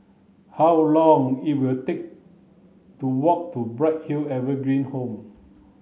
how long it will take to walk to Bright Hill Evergreen Home